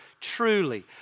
truly